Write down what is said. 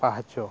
ᱯᱟᱦᱟᱪᱚ